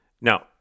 Now